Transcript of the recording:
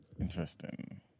Interesting